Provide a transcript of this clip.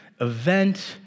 event